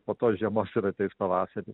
po tos žiemos ir ateis pavasaris